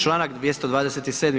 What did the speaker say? Članak 227.